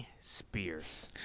Spears